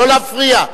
לא להפריע.